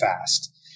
fast